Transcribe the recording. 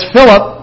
Philip